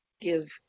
give